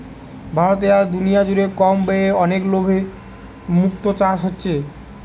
ভারতে আর দুনিয়া জুড়ে কম ব্যয়ে অনেক লাভে মুক্তো চাষ হচ্ছে